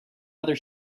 other